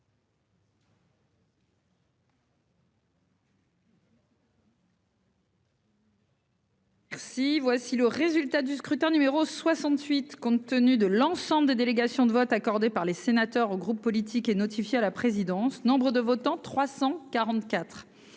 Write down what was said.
Six voici le résultat du scrutin numéro 68, compte tenu de l'ensemble des délégations de vote accordé par les sénateurs aux groupes politiques et notifié à la présidence Nombre de votants :